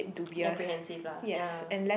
apprehensive lah ya